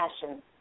passion